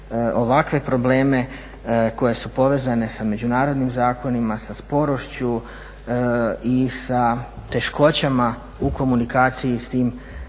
ovakve probleme koje su povezane sa međunarodnim zakonima sa sporošću i sa teškoćama u komunikaciji s tim centrima